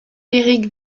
erik